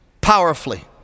powerfully